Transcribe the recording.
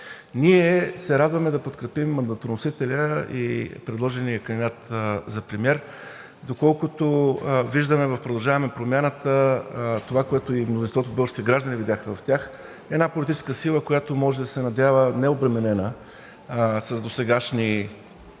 Ние се радваме да подкрепим мандатоносителя и предложения кандидат за премиер. Доколкото виждаме, „Продължаваме Промяната“ – това, което и мнозинството български граждани видяха в тях, е една политическа сила, която може да се надява – необременена с досегашни политически